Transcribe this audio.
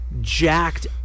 jacked